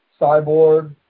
Cyborg